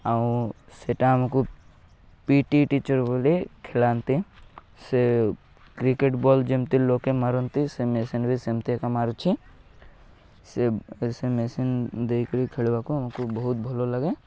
ଆଉ ସେଇଟା ଆମକୁ ପି ଇ ଟି ଟିଚର୍ ବୋଲି ଖେଳାନ୍ତି ସେ କ୍ରିକେଟ୍ ବଲ୍ ଯେମିତି ଲୋକେ ମାରନ୍ତି ସେ ମେସିନ୍ ବି ସେମିତି ଏକା ମାରୁଛି ସେ ସେ ମେସିନ୍ ଦେଇକିରି ଖେଳିବାକୁ ଆମକୁ ବହୁତ ଭଲ ଲାଗେ